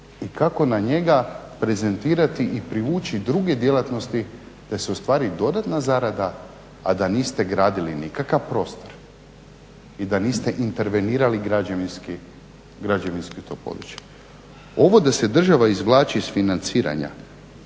i kako na njega prezentirati i privući druge djelatnosti da se ostvari dodatna zarada a da niste gradili nikakav prostor i da niste intervenirali građevinski u to područje. Ovo da se država izvlači iz financiranja